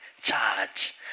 charge